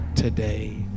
today